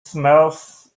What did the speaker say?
smells